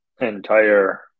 entire